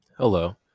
Hello